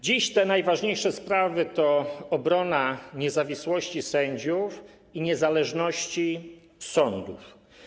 Dziś te najważniejsze sprawy to obrona niezawisłości sędziów i niezależności sądów.